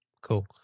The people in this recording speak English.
Cool